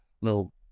little